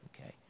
okay